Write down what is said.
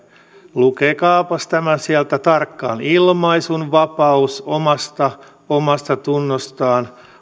lukekaapas tämä sieltä tarkkaan ilmaisunvapaus omasta omastatunnosta